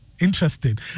Interesting